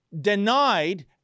denied